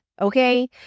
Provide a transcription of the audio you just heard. Okay